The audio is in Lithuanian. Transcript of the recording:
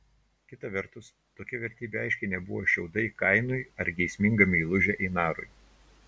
kita vertus tokia vertybė aiškiai nebuvo šiaudai kainui ar geisminga meilužė einarui